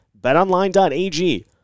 BetOnline.ag